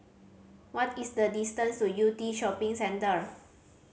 what is the distance to Yew Tee Shopping Centre